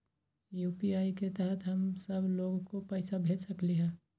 UPI के तहद हम सब लोग को पैसा भेज सकली ह?